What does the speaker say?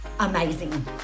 amazing